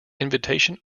invitation